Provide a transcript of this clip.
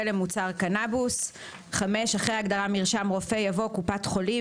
למוצר קנבוס"; אחרי ההגדרה "מרשם רופא" יבוא: ""קופת חולים"